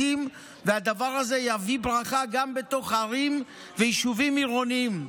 והדבר הזה יביא ברכה גם בתוך ערים ויישובים עירוניים.